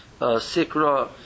Sikra